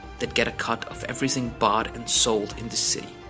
they'd get a cut of everything bought and sold in the city.